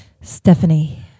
stephanie